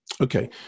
Okay